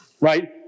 right